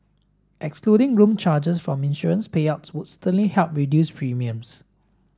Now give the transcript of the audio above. excluding room charges from insurance payouts would certainly help reduce premiums